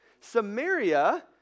Samaria